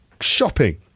shopping